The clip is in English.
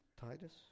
Titus